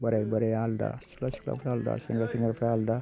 बोराइ बोराइया आलदा सिख्ला सिख्लाफ्रा आलदा सेंग्रा सेंग्राफ्रा आलदा